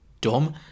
dumb